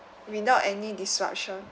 without any disruption